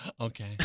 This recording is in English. Okay